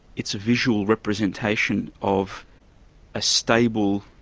it's a visual representation of a stable,